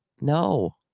No